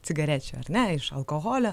cigarečių ar ne iš alkoholio